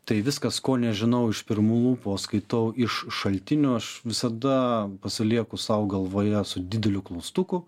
tai viskas ko nežinau iš pirmų lūpų skaitau iš šaltinių aš visada pasilieku sau galvoje su dideliu klaustuku